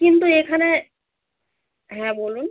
কিন্তু এখানে হ্যাঁ বলুন